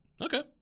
Okay